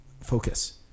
focus